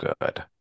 good